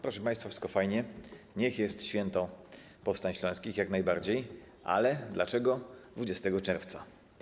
Proszę państwa, wszystko fajnie, niech jest święto powstań śląskich, jak najbardziej, ale dlaczego 20 czerwca?